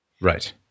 Right